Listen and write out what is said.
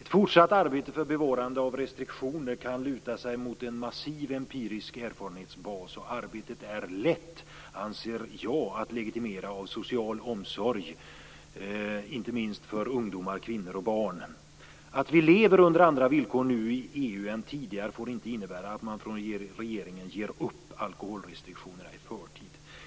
Ett fortsatt arbete för bevarande av restriktioner kan luta sig mot en massiv empirisk erfarenhetsbas. Arbetet är lätt, anser jag, att legitimera av social omsorg, inte minst om ungdomar, kvinnor och barn. Att vi lever under andra villkor nu i EU än tidigare får inte innebära att man från regeringen ger upp alkoholrestriktionerna i förtid.